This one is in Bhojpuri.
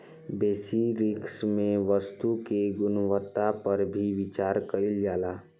बेसि रिस्क में वस्तु के गुणवत्ता पर भी विचार कईल जाला